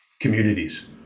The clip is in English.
communities